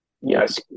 Yes